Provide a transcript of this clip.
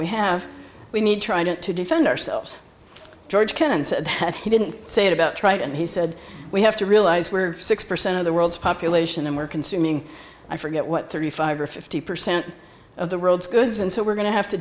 we have we need trying to defend ourselves george kennan said but he didn't say it about trite and he said we have to realize we're six percent of the world's population and we're consuming i forget what thirty five or fifty percent of the world's goods and so we're going to have to